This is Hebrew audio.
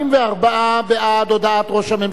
44 בעד הודעת ראש הממשלה,